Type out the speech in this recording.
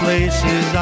Places